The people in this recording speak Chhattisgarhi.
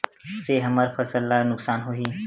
से हमर फसल ला नुकसान होही?